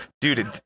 Dude